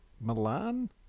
Milan